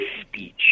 speech